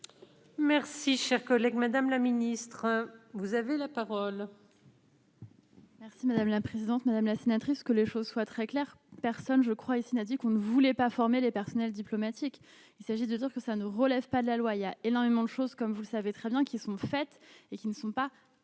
Merci, cher collègue, madame la ministre, vous avez la parole. Merci madame la présidente, madame la sénatrice. Que les choses soient très claires, personne, je crois, et ici n'a dit qu'on ne voulait pas former les personnels diplomatiques, il s'agit de dire que ça ne relève pas de la loi, il y a énormément de choses comme vous savez très bien, qui sont faites et qui ne sont pas